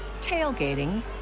tailgating